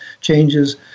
changes